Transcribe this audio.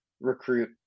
recruit